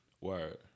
Word